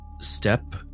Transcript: Step